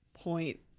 point